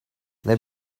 they